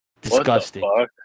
disgusting